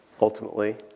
ultimately